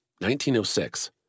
1906